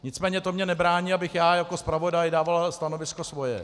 Nicméně to mi nebrání, abych já jako zpravodaj dával stanovisko svoje.